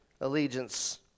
allegiance